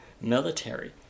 military